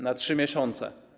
Na 3 miesiące.